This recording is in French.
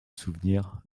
souvenirs